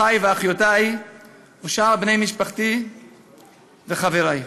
אחי ואחיותי ושאר בני משפחתי וחברי,